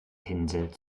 pinsel